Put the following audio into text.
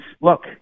look